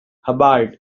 hubbard